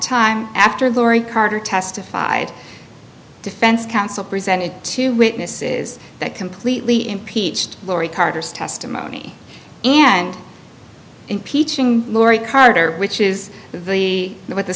time after laurie carter testified defense counsel presented two witnesses that completely impeached laurie carter's testimony and impeaching laurie carter which is a very what the